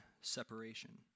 separation